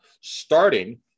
starting